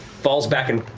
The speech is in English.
falls back and